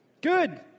Good